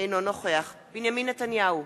אינו נוכח בנימין נתניהו,